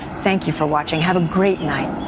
thank you for watching. have a great night.